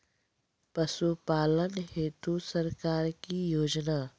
पशुपालन हेतु सरकार की योजना?